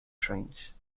trains